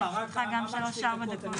לרשותך שלוש-ארבע דקות.